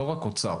לא רק אוצר,